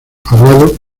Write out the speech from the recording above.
hablado